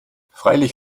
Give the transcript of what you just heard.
freilich